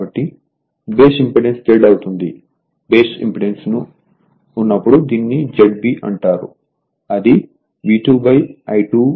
కాబట్టి base impedance Z అవుతుంది base impedance ఉన్నప్పుడు దీనిని ZB అంటారు అది V2 I2f lఅవుతుంది